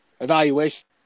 evaluation